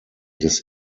des